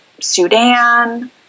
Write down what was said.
Sudan